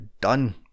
done